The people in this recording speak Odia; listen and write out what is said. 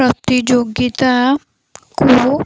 ପ୍ରତିଯୋଗିତାକୁ